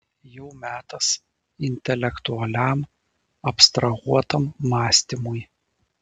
jau metas intelektualiam abstrahuotam mąstymui